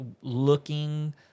looking